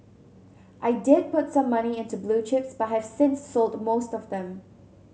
I did put some money into blue chips but have since sold off most of them